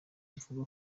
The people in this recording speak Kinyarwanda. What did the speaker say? mvuga